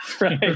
right